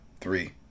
Three